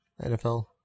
NFL